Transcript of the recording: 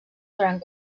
durant